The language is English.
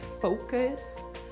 focus